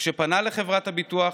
וכשפנה לחברת הביטוח